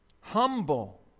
Humble